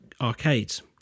arcades